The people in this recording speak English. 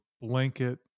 blanket